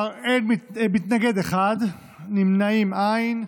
בעד, 14, מתנגד אחד, נמנעים, אין.